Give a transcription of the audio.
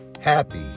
happy